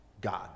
God